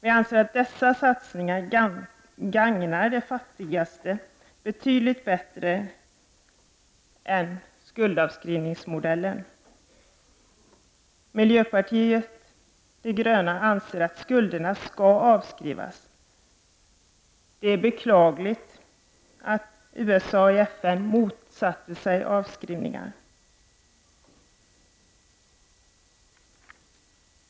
Vi anser att dessa satsningar gagnar de fattigaste betydligt bättre än skuldavskrivningsmodellen. Miljöpartiet anser att skulderna skall avskrivas. Det är beklagligt att USA i FN motsatte sig avskrivning.